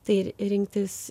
tai ir rinktis